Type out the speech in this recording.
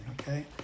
okay